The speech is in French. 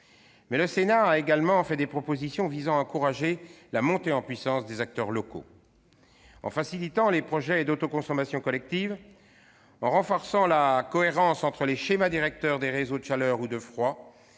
Le Sénat a aussi fait des propositions visant à encourager la montée en puissance des acteurs locaux, en facilitant les projets d'autoconsommation collective, en renforçant la cohérence entre les schémas directeurs des réseaux de chaleur ou de froid